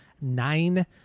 Nine